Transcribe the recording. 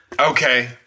Okay